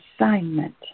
assignment